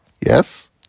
Yes